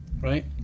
right